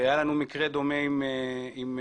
היה לנו מקרה דומה עם טבריה.